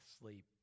sleep